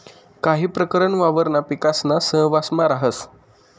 काही प्रकरण वावरणा पिकासाना सहवांसमा राहस